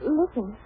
listen